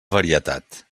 varietat